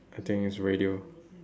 I think it's radio